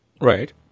Right